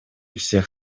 всех